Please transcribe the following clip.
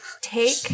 take